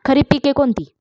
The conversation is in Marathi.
खरीप पिके कोणती?